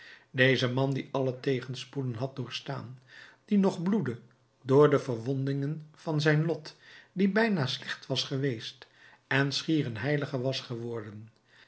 deze man die alle tegenspoeden had doorgestaan die nog bloedde door de verwondingen van zijn lot die bijna slecht was geweest en schier een heilige was geworden